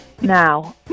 Now